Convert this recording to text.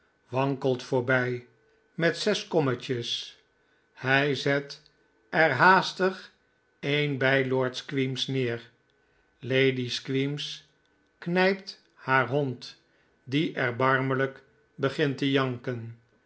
wankelt voorbij met zes kommetjes hij zet er haastig een bij lord squeams neer lady squeams knijpt haar hond die erbarmelijk begint te janken